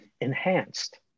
enhanced